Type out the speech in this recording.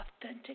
Authentic